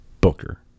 Booker